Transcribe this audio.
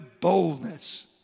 boldness